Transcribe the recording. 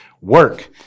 work